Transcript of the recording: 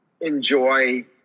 enjoy